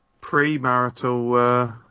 pre-marital